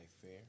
fair